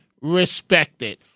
respected